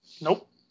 Nope